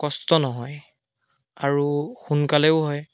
কষ্ট নহয় আৰু সোনকালেও হয়